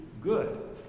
good